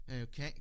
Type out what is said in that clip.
Okay